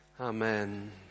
Amen